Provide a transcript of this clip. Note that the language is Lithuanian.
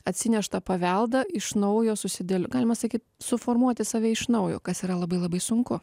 atsineštą paveldą iš naujo susidėlio galima sakyt suformuoti save iš naujo kas yra labai labai sunku